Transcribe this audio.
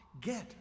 get